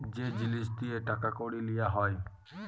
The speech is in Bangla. যে জিলিস দিঁয়ে টাকা কড়ি লিয়া হ্যয়